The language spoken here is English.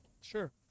Sure